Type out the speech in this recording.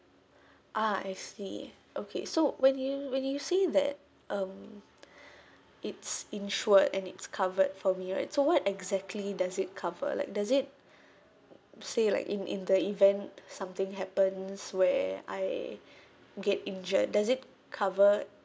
ah I see okay so when you when you say that um it's insured and it's covered for me right so what exactly does it cover like does it say like in in the event something happens where I get injured does it cover